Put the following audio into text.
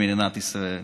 במדינת ישראל.